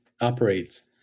operates